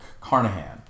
Carnahan